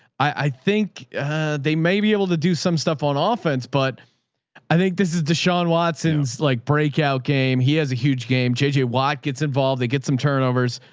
i think they may be able to do some stuff on ah offense. but i think this is the sean watson's like breakout game. he has a huge game. jj watt gets involved. they get some turnovers.